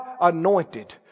anointed